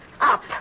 up